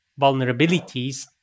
vulnerabilities